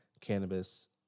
cannabis